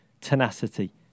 Tenacity